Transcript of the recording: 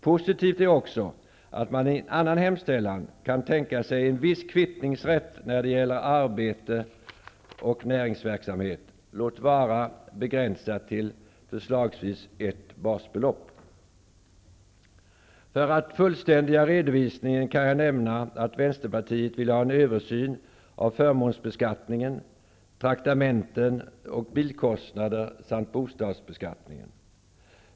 Positivt är också att man i en annan hemställan säger att man kan tänka sig en viss kvittningsrätt när det gäller arbete och näringsverksamhet, låt vara begränsat till förslagsvis ett basbelopp. För att fullständiga redovisningen kan jag nämna att Vänsterpartiet vill ha en översyn av förmånsbeskattningen, traktamenten och bilkostnader samt bostadsbeskattningen.